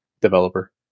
developer